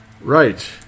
Right